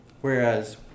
Whereas